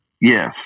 yes